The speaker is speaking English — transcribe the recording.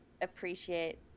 appreciate